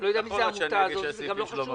אני לא יודע מי היא העמותה הזאת וזה גם לא חשוב.